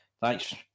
thanks